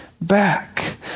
back